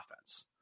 offense